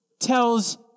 tells